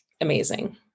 amazing